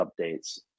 updates